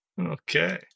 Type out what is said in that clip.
Okay